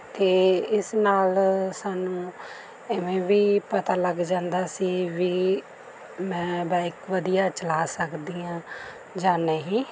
ਅਤੇ ਇਸ ਨਾਲ ਸਾਨੂੰ ਐਵੇਂ ਵੀ ਪਤਾ ਲੱਗ ਜਾਂਦਾ ਸੀ ਵੀ ਮੈਂ ਬਾਇਕ ਵਧੀਆ ਚਲਾ ਸਕਦੀ ਹਾਂ ਜਾਂ ਨਹੀਂ